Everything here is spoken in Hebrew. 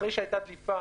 אחרי שהייתה דליפה,